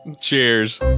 Cheers